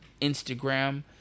Instagram